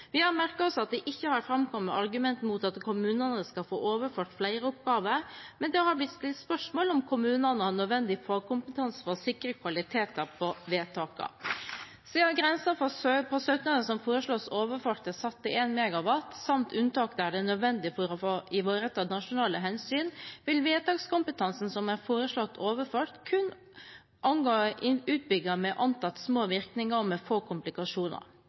Vi har merket oss at det ikke har framkommet argumenter mot at kommunene skal få overført flere oppgaver, men det har blitt stilt spørsmål ved om kommunene har nødvendig fagkompetanse til å sikre kvaliteten på vedtakene. Siden grensen på søknader som foreslås overført, er satt til 1 MW, samt unntak der det er nødvendig for å ivareta nasjonale hensyn, vil vedtakskompetansen som er foreslått overført, kun angå utbygginger med antatt små virkninger og med få komplikasjoner.